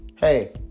hey